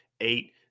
eight